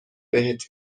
بهت